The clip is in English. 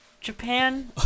Japan